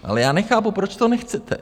Ale já nechápu, proč to nechcete.